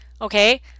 okay